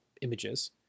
images